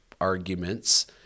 arguments